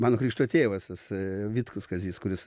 mano krikšto tėvas vitkus kazys kuris